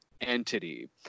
entity